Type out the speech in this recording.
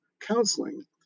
Counseling